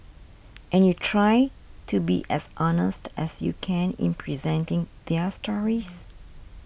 and you try to be as honest as you can in presenting their stories